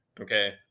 okay